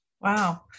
Wow